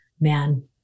man